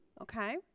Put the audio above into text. Okay